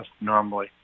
normally